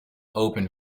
open